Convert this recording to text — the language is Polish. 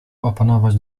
opanować